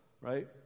right